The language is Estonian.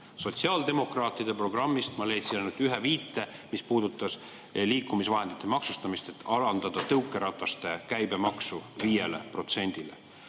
Sotsiaaldemokraatide programmist ma leidsin ainult ühe viite, mis puudutas liikumisvahendite maksustamist: alandada tõukerataste käibemaksu 5%‑le. Teil